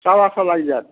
सावा सए लागि जाएत